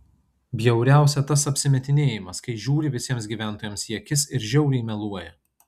bjauriausia tas apsimetinėjimas kai žiūri visiems gyventojams į akis ir žiauriai meluoja